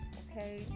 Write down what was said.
okay